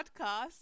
podcast